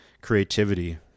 creativity